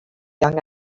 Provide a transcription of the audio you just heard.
young